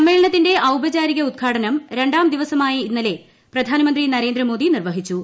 സമ്മേളനത്തിന്റെ ഔപചാരിക ഉദ്ഘാടനം രണ്ടാം ദിവസമായ ഇന്നലെ പ്രധാനമന്ത്രി നരേന്ദ്രമോദി നിർവഹിച്ചു